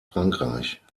frankreich